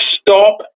stop